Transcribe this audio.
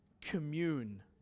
Commune